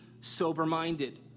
sober-minded